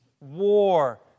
war